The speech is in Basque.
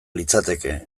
litzateke